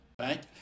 right